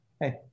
Hey